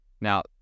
now